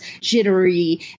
jittery